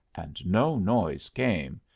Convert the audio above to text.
and no noise came,